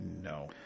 no